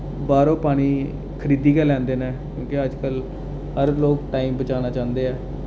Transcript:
बाह्रो पानी खरीदी गै लैंदे नै क्योंकि अजकल हर लोक टाइम बचाना चांह्दे ऐ